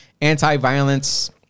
anti-violence